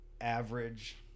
average